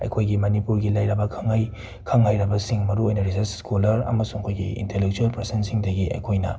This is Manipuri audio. ꯑꯩꯈꯣꯏꯒꯤ ꯃꯅꯤꯄꯨꯔꯒꯤ ꯂꯩꯔꯕ ꯈꯪꯍꯩ ꯈꯪꯍꯩꯔꯕꯁꯤꯡ ꯃꯔꯨꯑꯣꯏꯅ ꯔꯤꯁꯁ ꯁ꯭ꯀꯣꯂꯔ ꯑꯃꯁꯨꯡ ꯑꯩꯈꯣꯏꯒꯤ ꯏꯟꯇꯦꯂꯦꯛꯆꯨꯋꯦꯜ ꯄꯔꯁꯟꯁꯤꯡꯗꯒꯤ ꯑꯩꯈꯣꯏꯅ